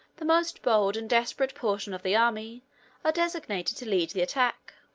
the most bold and desperate portion of the army are designated to lead the attack.